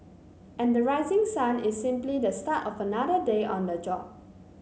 and the rising sun is simply the start of another day on the job